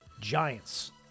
Giants